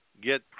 get